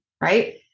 Right